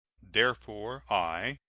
therefore, i,